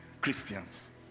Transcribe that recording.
Christians